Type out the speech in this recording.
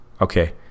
Okay